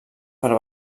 per